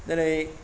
दिनै